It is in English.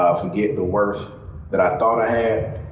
ah forget the worth that i thought i had,